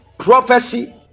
Prophecy